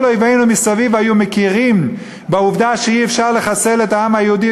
כל אויבינו מסביב היו מכירים בעובדה שאי-אפשר לחסל את העם היהודי